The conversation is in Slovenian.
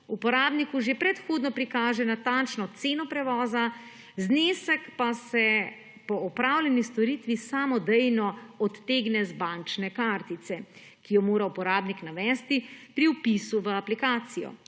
uporabniku že predhodno prikaže natančno ceno prevoza, znesek pa se po opravljeni storitve samodejno odtegne z bančne kartice, ki jo mora uporabnik navesti pri vpisu v aplikacijo.